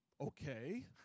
okay